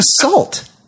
assault